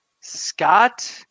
Scott